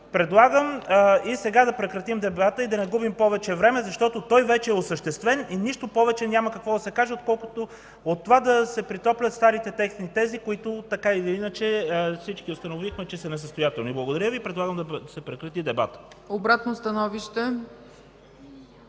предлагам и сега да прекратим дебата и да не губим повече време, защото той вече е осъществен и няма повече какво да се каже от това да се претоплят старите техни тези, които така или иначе всички установихме, че са несъстоятелни. Благодаря Ви. Предлагам да се прекрати дебатът.